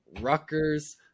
Rutgers